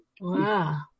Wow